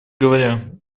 говоря